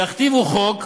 ויכתיבו חוק,